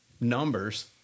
Numbers